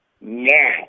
now